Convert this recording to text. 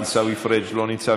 עיסאווי פריג' לא נמצא,